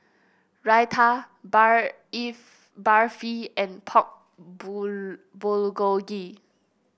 Raita Barfi and Pork